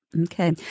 Okay